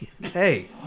hey